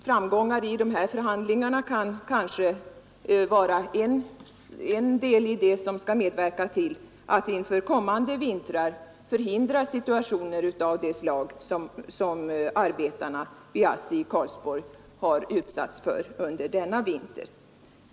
Framgångar i de förhandlingarna kan kanske vara en del i det som skall medverka till att inför kommande vintrar förhindra situationer av det slag som arbetarna vid ASSI i Karlsborg har utsatts för under denna vinter.